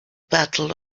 battle